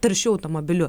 taršiu automobiliu